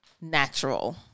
natural